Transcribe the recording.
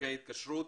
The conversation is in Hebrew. ודרכי ההתקשרות.